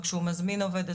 או כשהוא מזמין עובד,